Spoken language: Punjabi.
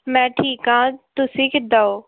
ਮੈਂ ਠੀਕ ਹਾਂ ਤੁਸੀਂ ਕਿੱਦਾਂ ਹੋ